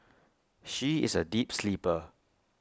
she is A deep sleeper